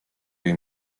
jej